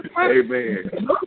Amen